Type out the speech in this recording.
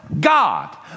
God